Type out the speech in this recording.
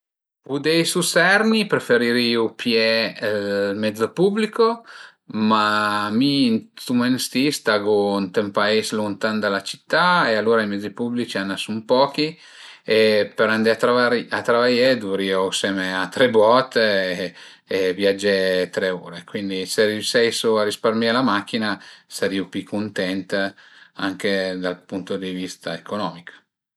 Pudeisu serni preferirìu pìé ël mezzo pubblico, ma mi ën stu mument si stagu ënt ün pais luntan da la città e alura i mezzi pubblici a i ën sun pochi e për andé a travaié duvrìu auseme a tre bot e viagé tre ure, cuindi se riuseisu a risparmié la machin-a sarìu pi cuntent anche dal punto di vista economich